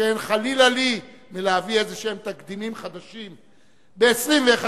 שכן חלילה לי מלהביא תקדימים חדשים כלשהם,